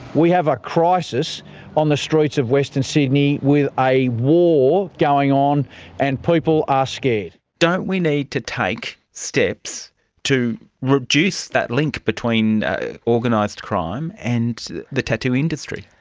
we have a crisis on the streets of western sydney with a war going on and people are ah scared. don't we need to take steps to reduce that link between organised crime and the tattoo industry?